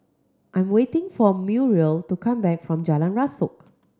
I'm waiting for Muriel to come back from Jalan Rasok